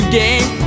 game